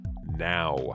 NOW